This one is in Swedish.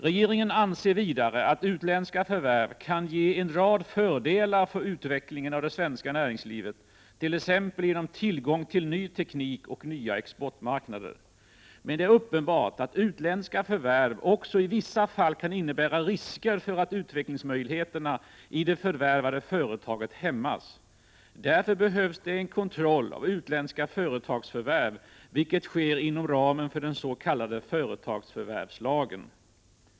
Regeringen anser vidare att utländska förvärv kan ge en rad fördelar för utvecklingen av det svenska näringslivet, t.ex. genom tillgång till ny teknik och nya exportmarknader. Men det är uppenbart att utländska förvärv också i vissa fall kan innebära risker för att utvecklingsmöjligheterna i det förvärvade företaget hämmas. Därför behövs det en kontroll av utländska företagsförvärv, vilket sker inom ramen för den s.k. företagsförvärvslagen .